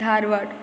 Dharwad